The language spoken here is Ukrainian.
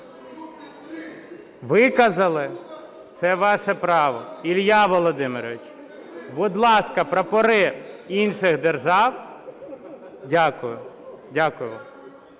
Виказали… Це ваше право. Ілля Володимирович, будь ласка, прапори інших держав… Дякую.